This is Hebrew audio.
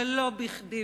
ולא בכדי,